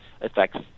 affects